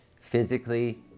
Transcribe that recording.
physically